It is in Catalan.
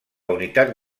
unitat